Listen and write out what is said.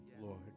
Lord